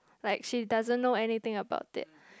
like she doesn't know anything about it